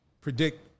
predict